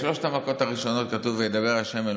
בשלוש המכות הראשונות כתוב: וידבר ה' אל